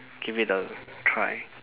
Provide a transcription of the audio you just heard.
give it a try